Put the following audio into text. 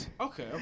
okay